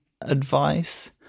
advice